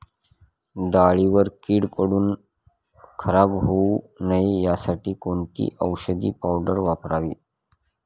डाळीवर कीड पडून खराब होऊ नये यासाठी कोणती औषधी पावडर वापरावी?